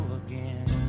again